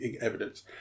evidence